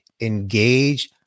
engage